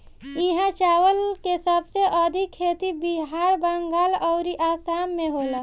इहा चावल के सबसे अधिका खेती बिहार, बंगाल अउरी आसाम में होला